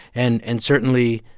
and and certainly,